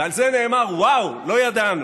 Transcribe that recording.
ועל זה נאמר : וואו, לא ידענו.